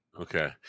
Okay